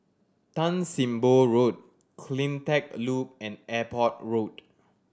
Tan Sim Boh Road Cleantech Loop and Airport Road